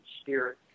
spirit